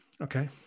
Okay